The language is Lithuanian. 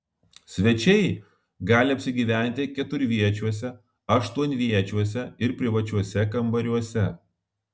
svečiai gali apsigyventi keturviečiuose aštuonviečiuose ir privačiuose kambariuose